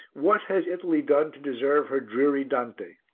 what has italy done to deserve her dreary dante?